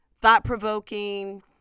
thought-provoking